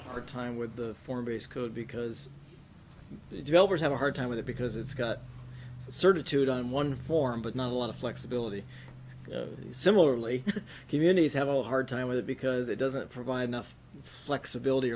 hard time with the former is good because the developers have a hard time with it because it's got a certitude on one form but not a lot of flexibility similarly communities have a hard time with it because it doesn't provide enough flexibility